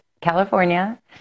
California